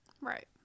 Right